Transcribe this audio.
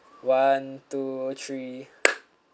one two three